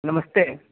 नमस्ते